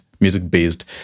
music-based